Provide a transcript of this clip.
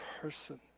person